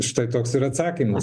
štai toks ir atsakymas